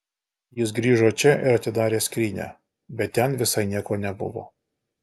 jis grįžo čia ir atidarė skrynią bet ten visai nieko nebuvo